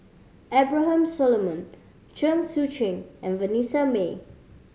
Abraham Solomon Chen Sucheng and Vanessa Mae